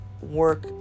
work